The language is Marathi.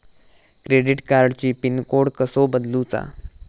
क्रेडिट कार्डची पिन कोड कसो बदलुचा?